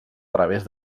través